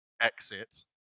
exit